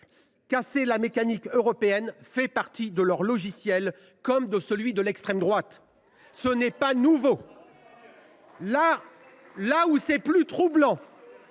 Casser la mécanique européenne fait partie de leur logiciel, comme de celui de l’extrême droite. Ce n’est pas nouveau. Le revirement